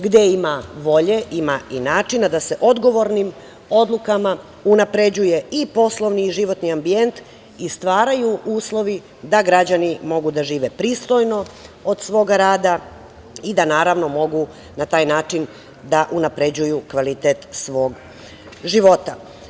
Gde ima volje, ima i načina da se odgovornim odlukama unapređuje i poslovni i životni ambijent i stvaraju uslovi da građani mogu da žive pristojno od svoga rada i da mogu na taj način da unapređuju kvalitet svog života.